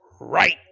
right